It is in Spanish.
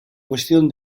cuestión